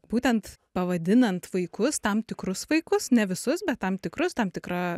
būtent pavadinant vaikus tam tikrus vaikus ne visus bet tam tikrus tam tikrą